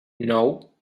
nou